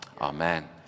Amen